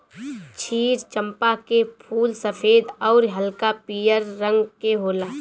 क्षीर चंपा के फूल सफ़ेद अउरी हल्का पियर रंग के होला